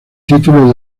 título